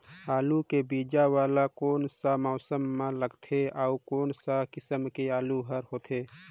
आलू के बीजा वाला कोन सा मौसम म लगथे अउ कोन सा किसम के आलू हर होथे?